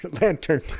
lantern